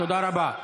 תודה רבה.